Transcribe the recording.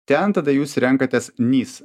ten tada jūs renkatės nys